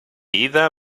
ida